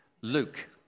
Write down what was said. Luke